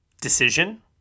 decision